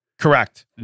Correct